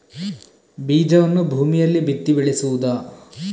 ಬೀಜವನ್ನು ಭೂಮಿಯಲ್ಲಿ ಬಿತ್ತಿ ಬೆಳೆಸುವುದಾ?